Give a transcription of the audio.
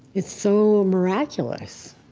it's so miraculous